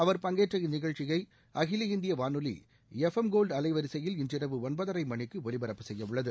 அவர் பங்கேற்ற இந்நிகழ்ச்சியை அகில இந்திய வானொலி எஃப் எம் கோல்டு அலைவரிசையில் இன்றிரவு ஒன்பதரை மணிக்கு ஒலிபரப்ப செய்யவுள்ளது